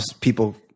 people